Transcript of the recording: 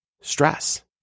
stress